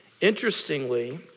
Interestingly